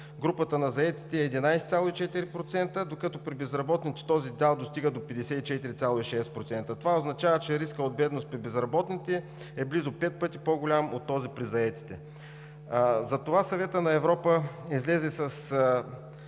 групата на заетите е 11,4%, докато при безработните този дял достига до 54,6%. Това означава, че рискът от бедност при безработните е близо пет пъти по-голям от този при заетите. Затова Съветът на Европа излезе с